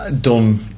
done